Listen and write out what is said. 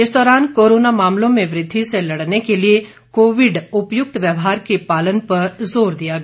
इस दौरान कोरोना मामलों में वृद्धि से लड़ने के लिए कोविड उपयुक्त व्यवहार के पालन पर जोर दिया गया